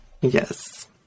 Yes